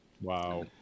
Wow